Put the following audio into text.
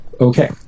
okay